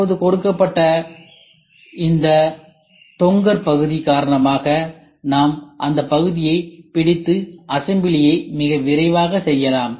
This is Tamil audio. இப்போது கொடுக்கப்பட்ட இந்த தொங்கற்பகுதி காரணமாக நாம் அந்த பகுதியைப் பிடித்து அசெம்பிளியை மிக விரைவாகச் செய்யலாம்